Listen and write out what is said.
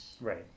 Right